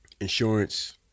insurance